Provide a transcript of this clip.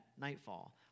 nightfall